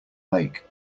lake